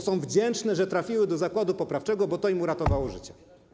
Są wdzięczne, że trafiły do zakładu poprawczego, bo to im uratowało życie.